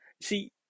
See